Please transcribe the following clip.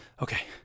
Okay